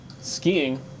Skiing